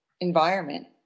environment